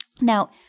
Now